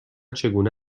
چگونه